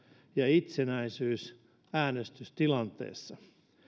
ja itsenäisyys äänestystilanteessa